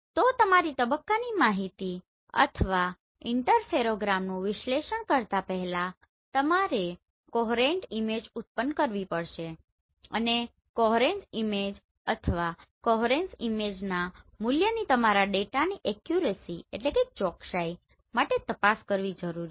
તો તમારી તબક્કાની માહિતી અથવા ઇંટરફેરોગ્રામનું વિશ્લેષણ કરતાં પહેલાં તમારે કોહેરેન્ટ ઇમેજ ઉત્પન્ન કરવી પડશે અને કોહેરેન્સ ઈમેજ અથવા કોહેરેન્સ ઈમેજના મૂલ્યની તમારા ડેટાની એક્યુરેસીaccuracyચોકસાઈ માટે તપાસ કરવી જરૂરી છે